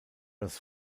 das